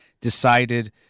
decided